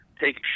take